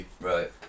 Right